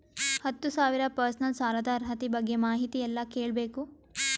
ಹತ್ತು ಸಾವಿರ ಪರ್ಸನಲ್ ಸಾಲದ ಅರ್ಹತಿ ಬಗ್ಗೆ ಮಾಹಿತಿ ಎಲ್ಲ ಕೇಳಬೇಕು?